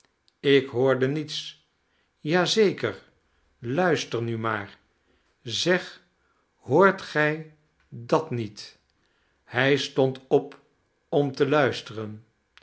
ik hoorde niets ja zeker luister nu maar zeg hoort gij dat niet hij stond op om te luisteren